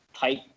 type